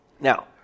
Now